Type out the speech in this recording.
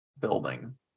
building